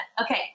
Okay